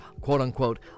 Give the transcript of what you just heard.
quote-unquote